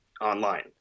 online